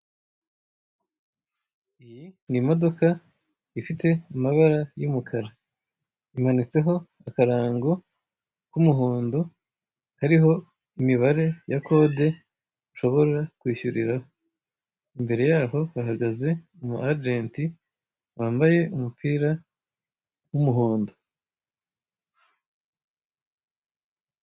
Iyi ni modoka ifite amabara y'umukara, imanitseho akarango k'umuhondo kariho imibare ya kode ushobora kwishyuriraho; imbere yayo hahagaze umu ajeti wambaye umupira w'umuhondo.